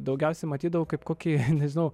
daugiausiai matydavau kaip kokį nežinau